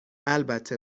البته